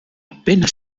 appena